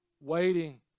waiting